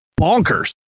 bonkers